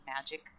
magic